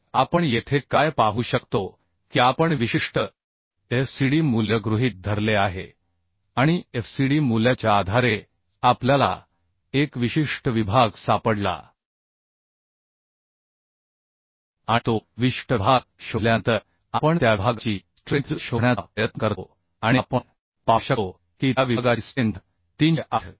तर आपण येथे काय पाहू शकतो की आपण विशिष्ट Fcd मूल्य गृहीत धरले आहे आणि Fcd मूल्याच्या आधारे आपल्याला एक विशिष्ट विभाग सापडला आणि तो विशिष्ट विभाग शोधल्यानंतर आपण त्या विभागाची स्ट्रेंथ शोधण्याचा प्रयत्न करतो आणि आपण पाहू शकतो की त्या विभागाची स्ट्रेंथ 308